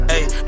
Ayy